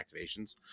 activations